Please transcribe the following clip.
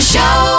Show